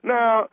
Now